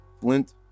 Flint